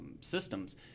systems